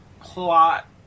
plot